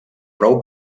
prou